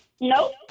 Nope